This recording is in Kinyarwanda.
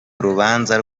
urubanza